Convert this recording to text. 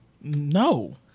No